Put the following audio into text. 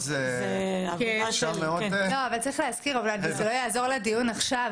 זה לא יעזור לדיון עכשיו.